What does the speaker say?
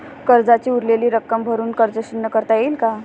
कर्जाची उरलेली रक्कम भरून कर्ज शून्य करता येईल का?